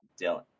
Dylan